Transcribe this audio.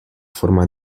forma